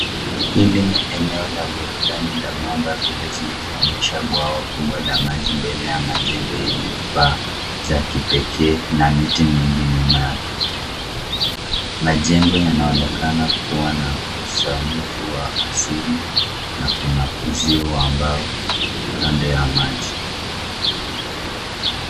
Hili ni eneo la burudani la mamba village likionyesha bwawa kubwa la maji mbele ya majengo yenye paa za kipekee na miti mingi nyuma yake. Majengo yanaonekana kuwa na usanifu wa asili na kuna uzio wa mbao kando ya maji.